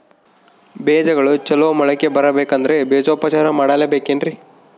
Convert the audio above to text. ಬೇಜಗಳು ಚಲೋ ಮೊಳಕೆ ಬರಬೇಕಂದ್ರೆ ಬೇಜೋಪಚಾರ ಮಾಡಲೆಬೇಕೆನ್ರಿ?